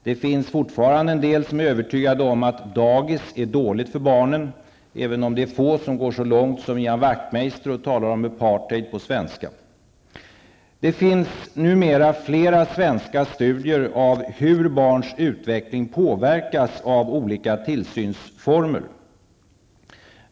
Det finns fortfarande en del som är övertygade om att dagis är dåligt för barnen. Men det är få som går så långt som Ian Wachtmeister gör och talar om apartheid på svenska. Numera finns det flera svenska studier av hur barns utveckling påverkas av olika tillsynsformer.